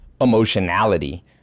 emotionality